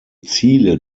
ziele